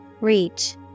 Reach